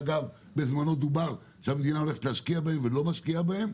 שאגב בזמנו דובר שהמדינה הולכת להשקיע בהם ולא משקיעה בהם.